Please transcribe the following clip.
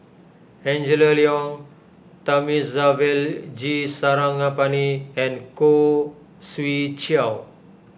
Angela Liong Thamizhavel G Sarangapani and Khoo Swee Chiow